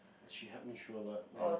she helped me through a lot and